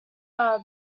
are